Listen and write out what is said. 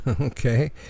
Okay